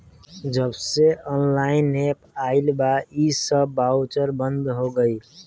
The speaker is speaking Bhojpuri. जबसे ऑनलाइन एप्प आईल बा इ सब बाउचर बंद हो गईल